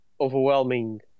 overwhelming